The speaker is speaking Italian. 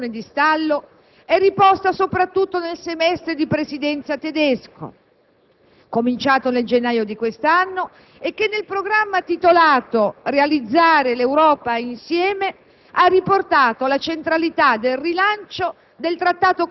La speranza di poter sbloccare questa difficile situazione di stallo è riposta soprattutto nel semestre di presidenza tedesco, cominciato nel gennaio di quest'anno e che, nel programma titolato «Realizzare l'Europa insieme»